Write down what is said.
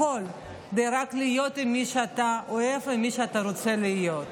הכול רק כדי להיות עם מי שאתה אוהב ועם מי שאתה רוצה להיות.